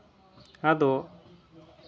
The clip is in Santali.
ᱟᱫᱚ